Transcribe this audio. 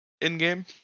in-game